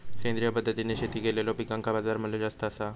सेंद्रिय पद्धतीने शेती केलेलो पिकांका बाजारमूल्य जास्त आसा